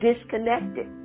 Disconnected